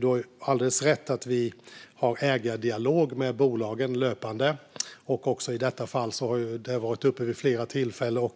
Du har alldeles rätt i att vi löpande har en ägardialog med bolagen. I detta fall har frågan varit uppe vid flera tillfällen.